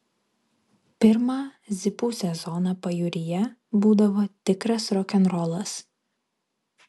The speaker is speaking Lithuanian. pirmą zipų sezoną pajūryje būdavo tikras rokenrolas